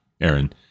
Aaron